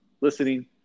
listening